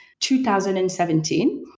2017